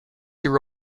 year